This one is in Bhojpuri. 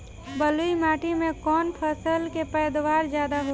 बालुई माटी में कौन फसल के पैदावार ज्यादा होला?